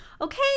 okay